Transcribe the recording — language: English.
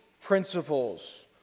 principles